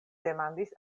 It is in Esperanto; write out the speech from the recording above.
demandis